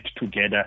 together